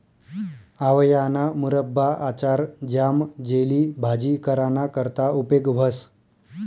आवयाना मुरब्बा, आचार, ज्याम, जेली, भाजी कराना करता उपेग व्हस